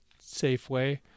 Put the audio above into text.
Safeway